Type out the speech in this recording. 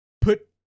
put